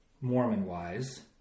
Mormon-wise